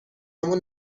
اما